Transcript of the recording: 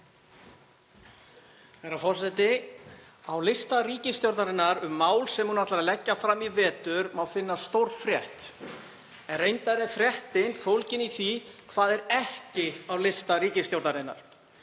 Herra forseti. Á lista ríkisstjórnarinnar yfir mál sem hún ætlar að leggja fram í vetur má finna stórfrétt, en reyndar er fréttin fólgin í því hvað er ekki á lista ríkisstjórnarinnar.